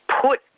put